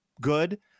good